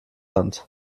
hand